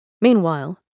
Meanwhile